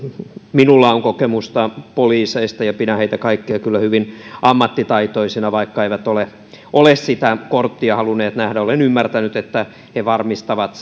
minulla on kokemusta poliiseista ja pidän heitä kaikkia kyllä hyvin ammattitaitoisina vaikka eivät ole ole sitä korttia halunneet nähdä olen ymmärtänyt että he varmistavat